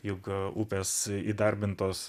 juk upės įdarbintos